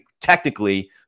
technically